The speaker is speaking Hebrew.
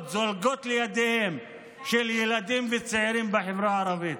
זולגות לידיהם של ילדים וצעירים בחברה הערבית.